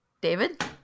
David